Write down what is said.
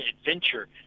adventure